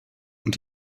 und